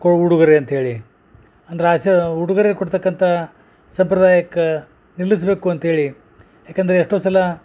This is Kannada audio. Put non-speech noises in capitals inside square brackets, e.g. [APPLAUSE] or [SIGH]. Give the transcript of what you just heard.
ಕೋ ಉಡುಗೊರೆ ಅಂತ್ಹೇಳೀ ಅಂದ್ರೆ [UNINTELLIGIBLE] ಉಡುಗೊರೆ ಕೊಡ್ತಕ್ಕಂಥ ಸಂಪ್ರದಾಯಕ್ಕೆ ನಿಲ್ಲಿಸಬೇಕು ಅಂತ್ಹೇಳಿ ಏಕೆಂದರೆ ಎಷ್ಟೋ ಸಲ